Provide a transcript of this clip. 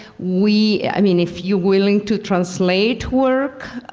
we i mean if you're willing to translate work,